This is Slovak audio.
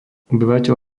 obyvateľ